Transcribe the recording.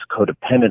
codependent